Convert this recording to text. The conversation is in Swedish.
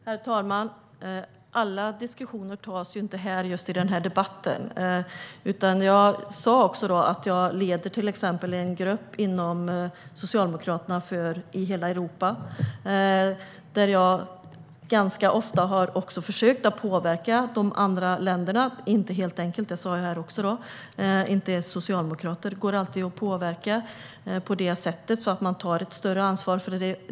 Herr talman! Alla diskussioner förs ju inte just i den här debatten. Jag sa också att jag leder en grupp inom Socialdemokraterna i hela Europa där jag ganska ofta har försökt att påverka de andra länderna. Som jag sa är det inte helt enkelt, inte ens socialdemokrater går alltid att påverka så att de tar ett större ansvar.